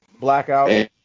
Blackout